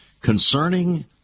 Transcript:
concerning